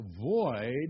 avoid